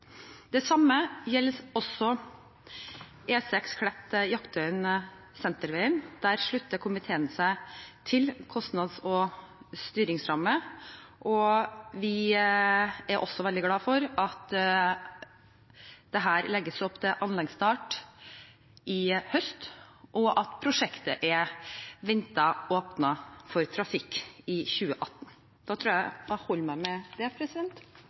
Det samme gjelder også E6 Jaktøya–Klett–Sentervegen. Der slutter komiteen seg til kostnads- og styringsrammen, og vi er også veldig glad for at det her legges opp til anleggsstart i høst, og at prosjektet er ventet åpnet for trafikk i 2018. Så tror jeg det holder med dette. Jeg skal ikke utdype så mye mer. Det